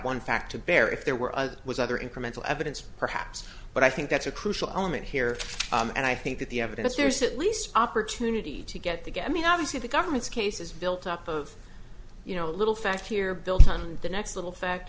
one fact to bear if there were other was other incremental evidence perhaps but i think that's a crucial element here and i think that the evidence there's at least opportunity to get to get i mean obviously the government's case is built up of you know little facts here built on the next little